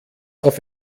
auf